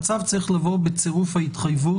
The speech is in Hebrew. הצו צריך לבוא בצירוף ההתחייבות